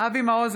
אבי מעוז,